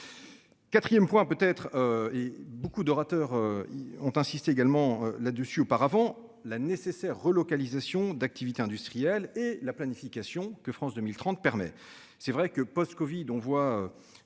4ème point peut être. Et beaucoup d'orateurs. Ont insisté également là dessus. Auparavant, la nécessaire relocalisation d'activités industrielles et la planification que France 2030 permet c'est vrai que post-Covid. On voit